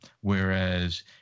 whereas